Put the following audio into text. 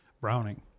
Browning